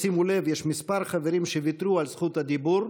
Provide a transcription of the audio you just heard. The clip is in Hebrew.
שימו לב: יש כמה חברים שוויתרו על זכות הדיבור,